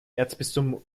erzbistum